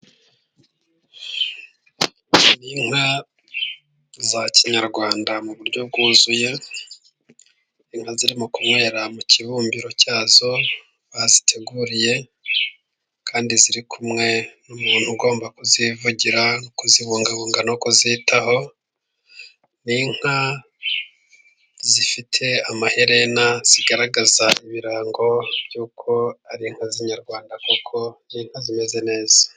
Inka za kinyarwanda mu buryo bwuzuye. Inka zirimo kunywera mu kibumbiro cyazo baziteguriye, kandi ziri kumwe n'umuntu ugomba kuzivugira, no kuzibungabunga no kuzitaho. Inka zifite amaherena zigaragaza ibirango by'uko ari inka z'inyarwanda kuko zimeze neza.